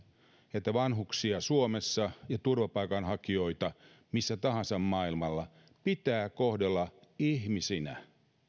että vanhuksia suomessa ja turvapaikanhakijoita missä tahansa maailmalla pitää kohdella ihmisinä